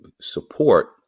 support